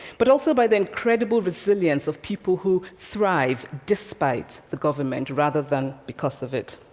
but also by the incredible resilience of people who thrive despite the government, rather than because of it.